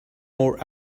more